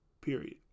period